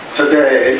today